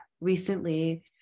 recently